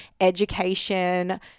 education